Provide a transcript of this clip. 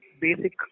basic